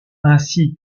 ainsi